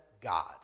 God